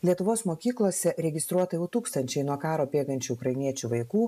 lietuvos mokyklose registruota jau tūkstančiai nuo karo bėgančių ukrainiečių vaikų